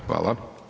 Hvala.